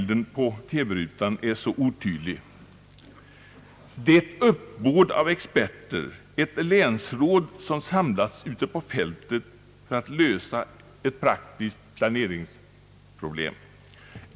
Där finns i alla fall ett uppbåd av experter, ett länsråd som samlas ute på fältet för att lösa ett praktiskt planeringsproblem.